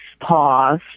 pause